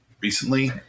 recently